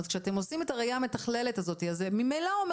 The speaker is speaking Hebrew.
אז כשאתם עושים את הראייה המתחללת הזאת אז זה ממילא אומר